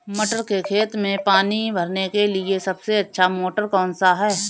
मटर के खेत में पानी भरने के लिए सबसे अच्छा मोटर कौन सा है?